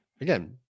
again